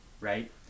right